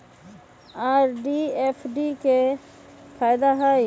RD आ FD के कि फायदा हई?